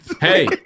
Hey